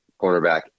cornerback